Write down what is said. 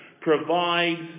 provides